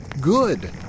good